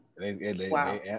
Wow